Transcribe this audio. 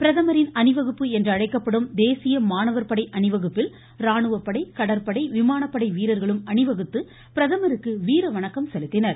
பிரதமரின் அணிவகுப்பு என்றழைக்கப்படும் தேசிய மாணவர் படை அணிவகுப்பில் ராணுவப்படை கடற்படை விமானப்படை வீரர்களும் அணிவகுத்து பிரதமருக்கு வீரவணக்கம் செலுத்தினர்